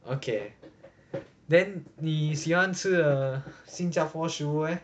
okay then 你喜欢吃 err 新加坡食物 eh